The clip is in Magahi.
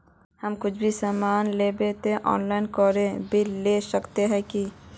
हम कुछ भी सामान लेबे ते ऑनलाइन करके बिल ला सके है की?